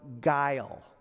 guile